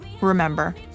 Remember